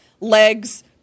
legs